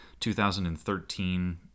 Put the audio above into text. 2013